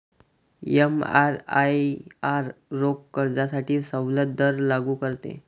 एमआरआयआर रोख कर्जासाठी सवलत दर लागू करते